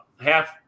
half